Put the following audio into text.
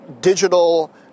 digital